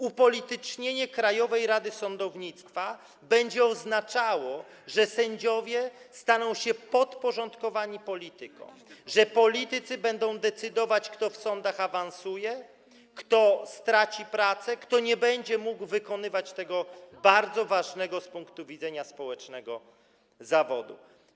Upolitycznienie Krajowej Rady Sądownictwa będzie oznaczało, że sędziowie staną się podporządkowani politykom, że politycy będą decydować, kto w sądach awansuje, kto straci pracę, kto nie będzie mógł wykonywać tego bardzo ważnego z punktu widzenia społecznego zawodu.